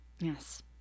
Yes